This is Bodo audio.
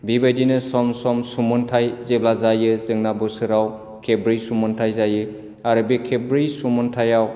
बिबायदिनो सम सम सुमन्थाइ जेब्ला जायो जोंना बोसोराव खेबब्रै सुमन्थाइ जायो आरो बे खेबब्रै सुमन्थाइआव